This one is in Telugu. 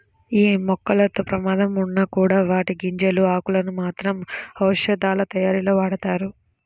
యీ మొక్కలతో ప్రమాదం ఉన్నా కూడా వాటి గింజలు, ఆకులను మాత్రం ఔషధాలతయారీలో వాడతారు